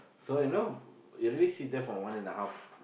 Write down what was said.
so you know you really sit there for one and a half